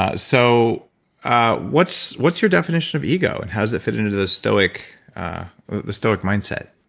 ah so ah what's what's your definition of ego? and how does it fit into the stoic the stoic mindset?